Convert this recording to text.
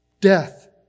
Death